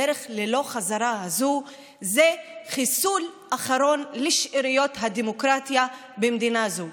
הדרך ללא חזרה הזאת זה חיסול אחרון של שאריות הדמוקרטיה במדינה זו.